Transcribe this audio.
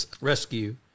rescue